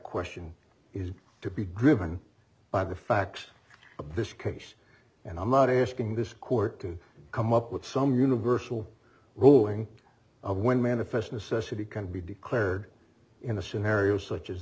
question is to be driven by the facts of this case and i'm not asking this court can come up with some universal ruling when manifest necessity can be declared in a scenario such as